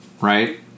right